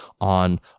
on